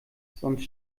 sonst